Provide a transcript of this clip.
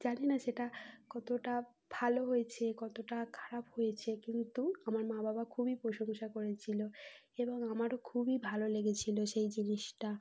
জানি না সেটা কতটা ভালো হয়েছে কতটা খারাপ হয়েছে কিন্তু আমার মা বাবা খুবই প্রশংসা করেছিল এবং আমারও খুবই ভালো লেগেছিল সেই জিনিসটা